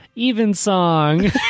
Evensong